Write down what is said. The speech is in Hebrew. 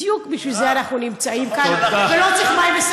בדיוק בשביל זה אנחנו נמצאים כאן, מירב,